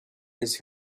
his